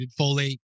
folate